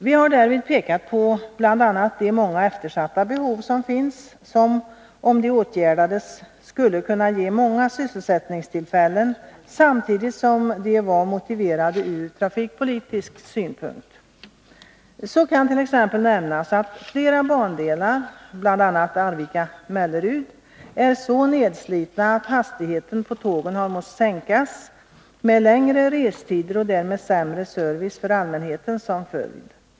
Vi har därvid pekat på bl.a. de många eftersatta behov som finns och som, om de tillgodosågs, skulle kunna ge många sysselsättningstillfällen. Samtidigt skulle dessa vara motiverade ur trafikpolitisk synpunkt. Således kan t.ex. nämnas att flera bandelar — bl.a. bandelen Arvika-Mellerud — är så nedslitna att hastigheten på tågen har måst sänkas, med längre restider och därmed sämre service för allmänheten som följd.